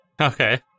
Okay